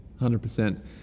100%